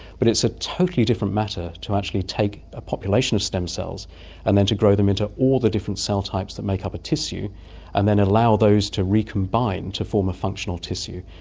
but it's a totally different matter to actually take a population of stem cells and then to grow them into all the different cell types that make up a tissue and then allow those to recombine to form a functional tissue.